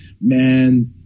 man